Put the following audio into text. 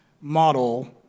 model